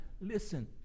Listen